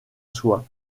soit